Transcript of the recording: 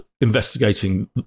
investigating